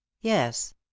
Yes